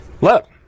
Look